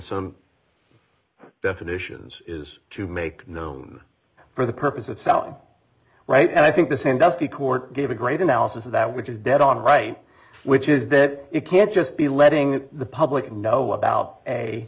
some definitions is to make known for the purpose of selling right and i think the sandusky court gave a great analysis of that which is dead on right which is that you can't just be letting the public know about